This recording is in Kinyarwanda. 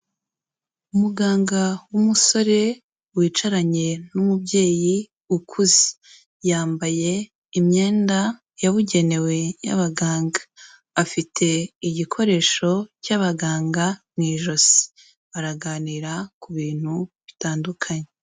Umuganga w'umusore wicaranye n'umubyeyi ukuze, yambaye imyenda yabugenewe y'abaganga, afite igikoresho cy'abaganga mu ijosi, baraganira ku bintu bitandukanye.